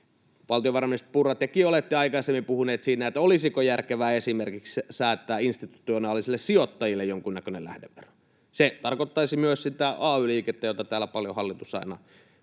Valtiovarainministeri Purra, tekin olette aikaisemmin puhuneet siitä, että olisiko järkevää esimerkiksi säätää institutionaalisille sijoittajille jonkunnäköinen lähdevero. Se tarkoittaisi myös sitä ay-liikettä, jota täällä hallitus aina